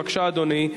בבקשה, אדוני.